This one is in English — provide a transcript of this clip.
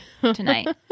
tonight